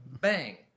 bang